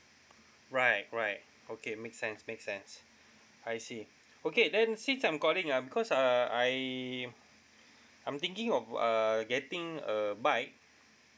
right right okay make sense make sense I see okay then since I'm calling ah because uh I I'm thinking of uh getting a bike